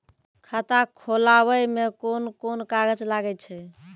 खाता खोलावै मे कोन कोन कागज लागै छै?